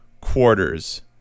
quarters